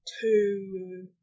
two